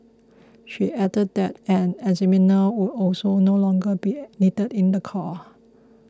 she added that an examiner would also no longer be needed in the car